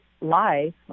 life